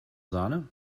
sahne